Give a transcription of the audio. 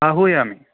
आहूयामि